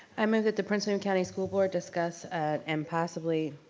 i move that the prince william county school board discuss and possibly,